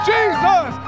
Jesus